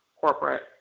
corporate